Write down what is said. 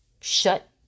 shut